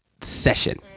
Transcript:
session